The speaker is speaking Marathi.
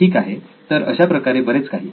ठीक आहे तर अशाप्रकारे बरेच काही